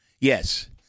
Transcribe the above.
Yes